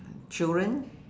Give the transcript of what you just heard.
children